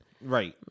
Right